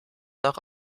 noch